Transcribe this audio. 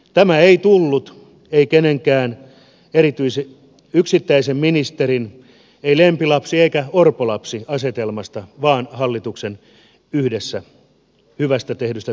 tämä ei tullut keneltäkään yksittäiseltä ministeriltä ei lempilapsi eikä orpolapsiasetelmasta vaan hallituksen hyvästä yhdessä tehdystä työstä